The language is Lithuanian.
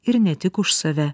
ir ne tik už save